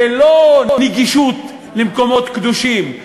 זה לא נגישות של מקומות קדושים,